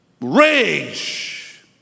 rage